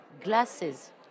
glasses